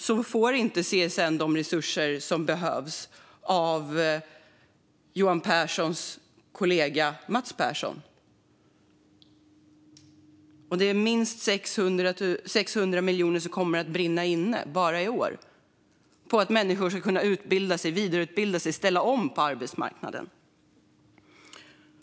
CSN får inte de resurser som behövs av Johan Pehrsons kollega Mats Persson. Det är minst 600 miljoner som kommer att brinna inne bara i år, i stället för att människor kan utbilda och vidareutbilda sig och ställa om på arbetsmarknaden.